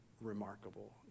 remarkable